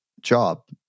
job